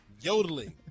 Yodeling